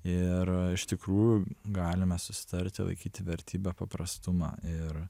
ir iš tikrųjų galime susitarti laikyti vertybe paprastumą ir